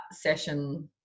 session